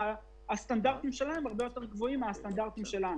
אולי הסטנדרטים שלהם הם הרבה יותר גבוהים מהסטנדרטים שלנו.